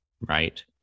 right